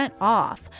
off